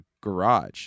garage